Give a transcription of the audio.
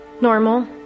normal